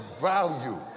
value